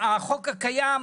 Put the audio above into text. החוק הקיים,